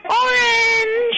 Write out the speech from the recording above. orange